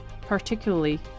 particularly